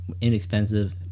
inexpensive